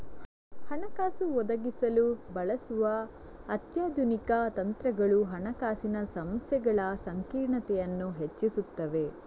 ಹಣಕಾಸು ಒದಗಿಸಲು ಬಳಸುವ ಅತ್ಯಾಧುನಿಕ ತಂತ್ರಗಳು ಹಣಕಾಸಿನ ಸಮಸ್ಯೆಗಳ ಸಂಕೀರ್ಣತೆಯನ್ನು ಹೆಚ್ಚಿಸುತ್ತವೆ